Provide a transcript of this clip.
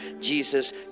Jesus